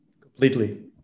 Completely